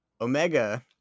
omega